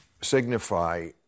signify